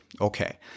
Okay